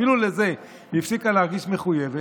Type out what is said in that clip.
אפילו לזה היא הפסיקה להרגיש מחויבת.